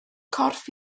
corff